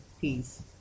peace